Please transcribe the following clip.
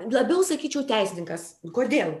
labiau sakyčiau teisininkas kodėl